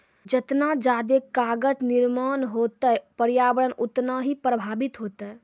जतना जादे कागज निर्माण होतै प्रर्यावरण उतना ही प्रभाबित होतै